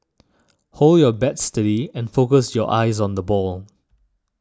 hold your bats steady and focus your eyes on the ball